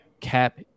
cap